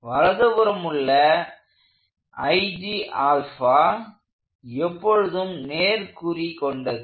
வலதுபுறம் உள்ள எப்பொழுதும் நேர்குறி கொண்டது